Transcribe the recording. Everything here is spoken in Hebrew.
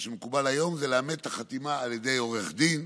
מה שמקובל היום זה לאמת את החתימה על ידי עורך דין,